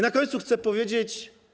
Na końcu chcę powiedzieć.